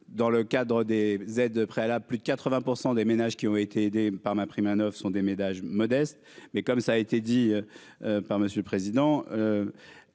dans le cadre des aides préalables, plus de 80 % des ménages qui ont été aidés par ma prime sont des ménages modestes mais comme ça a été dit par monsieur le président,